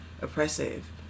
oppressive